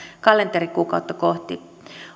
kalenterikuukautta kohti